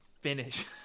finish